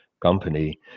company